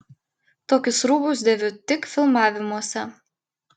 tokius rūbus dėviu tik filmavimuose